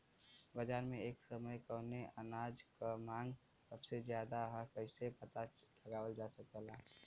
बाजार में एक समय कवने अनाज क मांग सबसे ज्यादा ह कइसे पता लगावल जा सकेला?